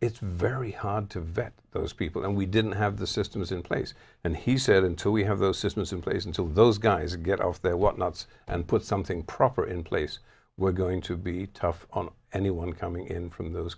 it's very hard to vet those people and we didn't have the systems in place and he said until we have those systems in place until those guys get off their whatnots and put something proper in place we're going to be tough on anyone coming in from those